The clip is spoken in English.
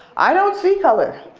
i don't see color!